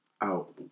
Out